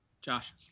Josh